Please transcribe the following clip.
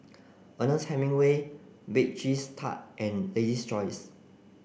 Ernest Hemingway Bake Cheese Tart and Lady's Choice